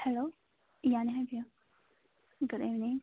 hello ꯌꯥꯅꯤ ꯍꯥꯏꯕꯤꯌꯣ good evening